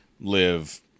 live